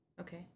Okay